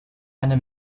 eine